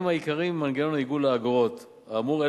העיקריים ממנגנון עיגול האגורות האמור,